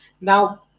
now